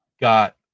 got